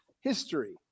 history